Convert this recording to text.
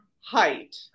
height